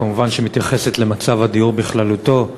שכמובן מתייחסת למצב הדיור בכללותו.